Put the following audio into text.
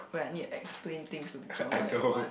when I need to explain things to people more than one